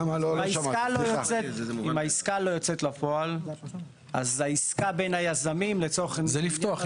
אם העסקה לא יוצאת לפועל אז העסקה בין היזמים לצורך --- זה נפתח.